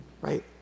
right